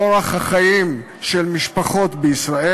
לאורח החיים של משפחות בישראל.